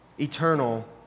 eternal